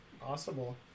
Possible